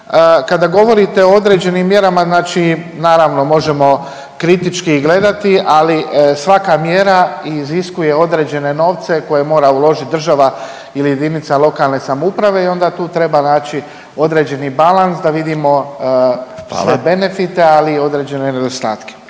Kada govorite o određenim mjerama, znači naravno možemo kritički gledati, ali svaka mjera iziskuje određene novce koje mora uložit država ili JLS i onda tu treba naći određeni balans da vidimo …/Upadica Radin: Hvala/…sve benefite, ali i određene nedostatke.